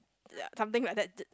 uh something like that d~